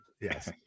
Yes